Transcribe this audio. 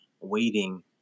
waiting